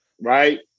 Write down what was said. right